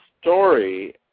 story